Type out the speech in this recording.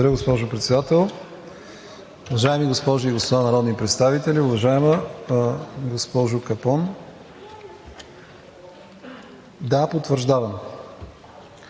Благодаря, госпожо Председател. Уважаеми госпожи и господа народни представители! Уважаема госпожо Капон, да, потвърждавам: